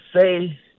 say